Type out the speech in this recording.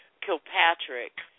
Kilpatrick